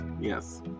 Yes